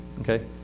Okay